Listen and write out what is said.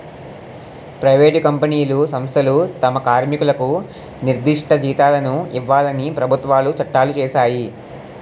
private కంపెనీలు సంస్థలు తమ కార్మికులకు నిర్దిష్ట జీతాలను ఇవ్వాలని ప్రభుత్వాలు చట్టాలు చేశాయి